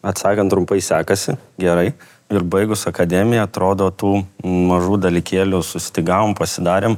atsakant trumpai sekasi gerai ir baigus akademiją atrodo tų mažų dalykėlių sustygavom pasidarėm